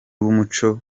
w’umuco